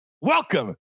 Welcome